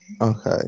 Okay